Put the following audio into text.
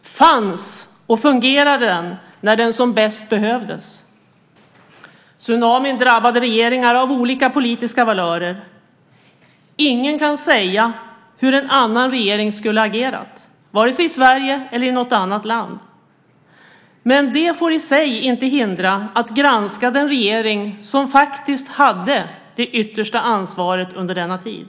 Fanns och fungerade den när den som bäst behövdes? Tsunamin drabbade regeringar av olika politiska valörer. Ingen kan säga hur en annan regering skulle ha agerat, vare sig i Sverige eller i något annat land, men det får i sig inte hindra granskningen av den regering som faktiskt hade det yttersta ansvaret under denna tid.